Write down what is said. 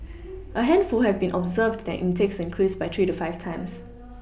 a handful have even observed their intakes increase by three to five times